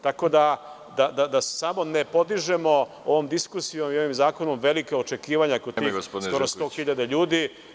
Tako da, samo da ne podižemo ovom diskusijom i ovim zakonom velika očekivanja kod tih skoro 100.000 ljudi.